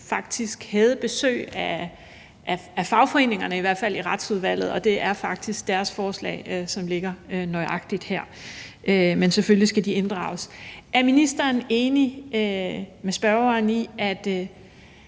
faktisk havde besøg af fagforeningerne i Retsudvalget, og at det nøjagtig er deres forslag, som ligger her. Men selvfølgelig skal de inddrages. Er ministeren enig med spørgeren i, at